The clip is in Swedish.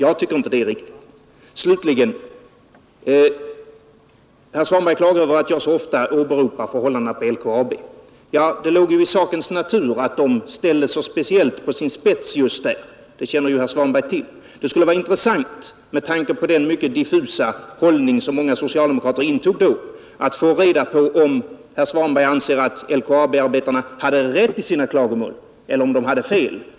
Herr Svanberg klagar över att jag så ofta åberopar förhållandena vid LKAB, men det låg i sakens natur att problemen ställdes på sin spets just där; det känner ju herr Svanberg till. Det skulle vara intressant med tanke på den mycket diffusa hållning som många socialdemokrater då intog att få reda på om herr Svanberg anser att LKAB-arbetarna hade rätt i sina klagomål eller om de hade fel.